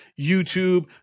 YouTube